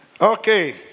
okay